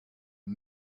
are